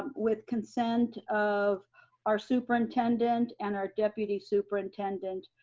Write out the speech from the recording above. with consent of our superintendent and our deputy superintendent,